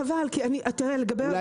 חבל, לאן אני אנייד?